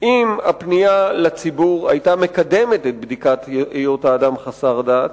אם הפנייה לציבור היתה מקדמת את בדיקת היות האדם חסר דת,